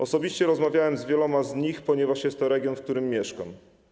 Osobiście rozmawiałem z wieloma z nich, ponieważ jest to region, w którym mieszkam.